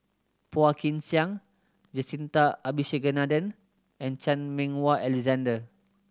Phua Kin Siang Jacintha Abisheganaden and Chan Meng Wah Alexander